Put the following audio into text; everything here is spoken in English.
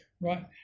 Right